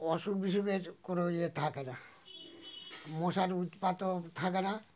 অসুখ বিসুখের কোনো ইয়ে থাকে না মশার উৎপাতও থাকে না